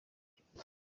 ifite